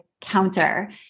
counter